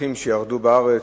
הברוכים שירדו בארץ,